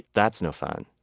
that's no fun.